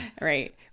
Right